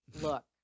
Look